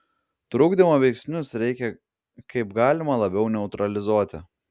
trukdymo veiksnius reikia kaip galima labiau neutralizuoti